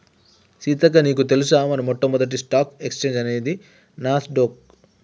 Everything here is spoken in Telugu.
సీతక్క నీకు తెలుసా మన మొట్టమొదటి స్టాక్ ఎక్స్చేంజ్ అనేది నాస్ డొక్